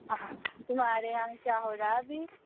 आह तुम्हारे यहाँ क्या हो रहा अभी